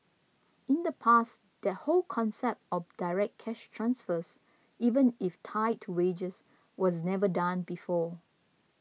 in the past that whole concept of direct cash transfers even if tied to wages was never done before